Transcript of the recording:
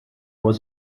was